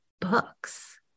books